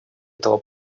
этого